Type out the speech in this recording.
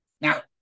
Now